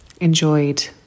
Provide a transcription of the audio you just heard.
enjoyed